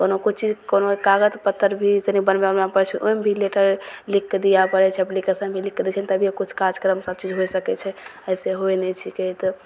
कोनो कोइ चीज कोनो कागज पत्तर भी तनि बनबै उनबै पड़ै छै ओहिमे भी लेटर लिखिके दिए पड़ै छै एप्लिकेशन भी लिखिके दै छै ने तभिए किछु कार्यक्रम सब चीज होइ सकै छै अइसे होइ नहि छिकै तऽ